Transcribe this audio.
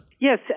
Yes